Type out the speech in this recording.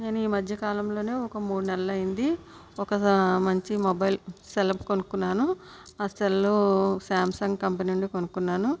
నేను ఈ మధ్యకాలంలోనే ఒక మూడు నెలలు అయింది ఒక మంచి మొబైల్ సెల్ కొనుక్కున్నాను ఆ సెల్ సాంసంగ్ కంపెనీ అని కొనుక్కున్నాను